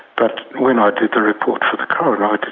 but when i did the report for the coroner, like